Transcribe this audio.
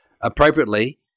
appropriately